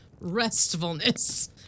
restfulness